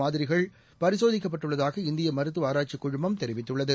மாதிரிகள் பரிசோதிக்கப்பட்டுள்ளதாக இந்தியமருத்துவஆராய்ச்சிக் குழுமம் தெரிவித்துள்ளது